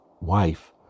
wife